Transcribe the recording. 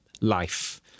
life